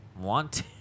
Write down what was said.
want